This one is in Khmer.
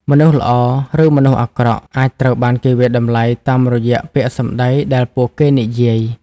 មនុស្សល្អ ឬមនុស្សអាក្រក់ អាចត្រូវបានគេវាយតម្លៃតាមរយៈពាក្យសម្ដីដែលពួកគេនិយាយ។